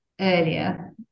earlier